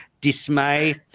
dismay